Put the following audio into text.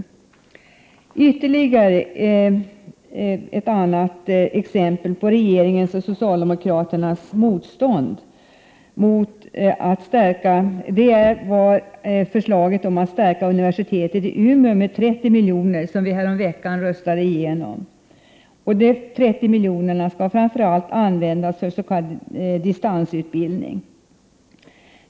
Ett ytterligare exempel är regeringens och socialdemokraternas motstånd mot förslaget att stärka universitetet i Umeå med 30 milj.kr. — som vi häromveckan röstade igenom. De 30 milj.kr. skall framför allt användas för s.k. distansutbildning.